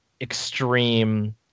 extreme